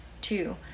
Two